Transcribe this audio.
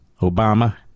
Obama